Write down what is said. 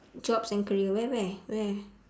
jobs and career where where where